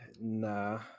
nah